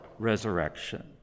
resurrection